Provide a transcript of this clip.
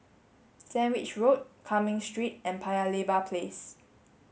Sandwich Road Cumming Street and Paya Lebar Place